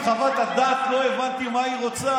גם כשקראתי את חוות הדעת לא הבנתי מה היא רוצה.